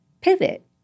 pivot